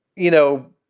you know,